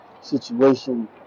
situation